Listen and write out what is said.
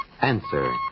Answer